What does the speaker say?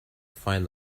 find